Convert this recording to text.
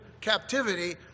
captivity—